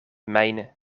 mijn